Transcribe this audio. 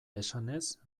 esanez